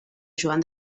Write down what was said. joan